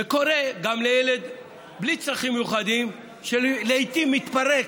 וקורה גם לילד בלי צרכים מיוחדים שהוא לעיתים מתפרק.